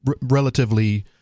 relatively